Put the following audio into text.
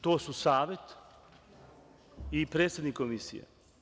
To su Savet i predsednik Komisije.